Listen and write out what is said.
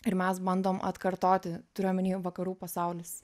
ir mes bandom atkartoti turiu omeny vakarų pasaulis